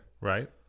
Right